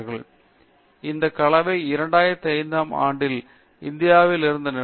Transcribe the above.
எனவே இந்த கலவை 2005 ஆம் ஆண்டில் இந்தியாவில் இருந்த நிலமை